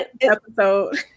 episode